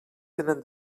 tenen